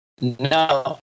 no